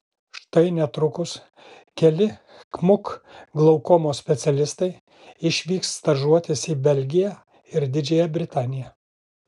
štai netrukus keli kmuk glaukomos specialistai išvyks stažuotis į belgiją ir didžiąją britaniją